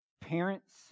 Parents